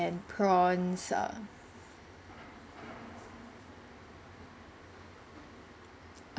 ~nd prawns err err